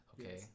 okay